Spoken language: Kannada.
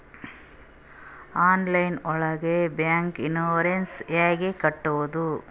ಆನ್ಲೈನ್ ಒಳಗೆ ಬೈಕ್ ಇನ್ಸೂರೆನ್ಸ್ ಹ್ಯಾಂಗ್ ಕಟ್ಟುದು?